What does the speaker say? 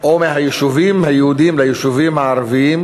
או מהיישובים היהודיים ליישובים הערביים,